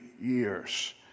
years